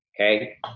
Okay